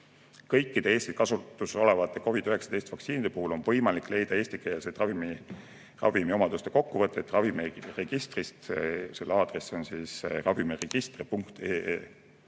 Kõikide Eestis kasutusel olevate COVID-19 vaktsiinide puhul on võimalik leida eestikeelseid ravimi omaduste kokkuvõtteid ravimiregistrist. Selle aadress on ravimiregister.ee.